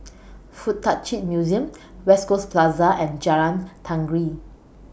Fuk Tak Chi Museum West Coast Plaza and Jalan Tenggiri